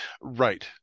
right